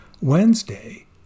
Wednesday